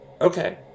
okay